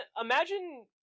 imagine